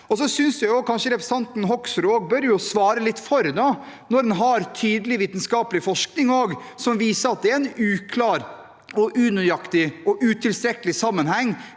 Jeg synes kanskje også representanten Hoksrud bør svare litt for seg når vi har tydelig vitenskapelig forskning som viser at det er en uklar, unøyaktig og utilstrekkelig sammenheng